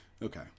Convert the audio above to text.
Okay